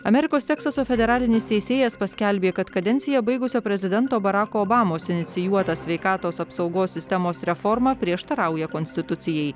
amerikos teksaso federalinis teisėjas paskelbė kad kadenciją baigusio prezidento barako obamos inicijuota sveikatos apsaugos sistemos reforma prieštarauja konstitucijai